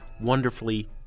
wonderfully